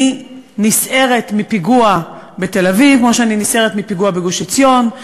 אני נסערת מפיגוע בתל-אביב כמו שאני נסערת מפיגוע בגוש-עציון,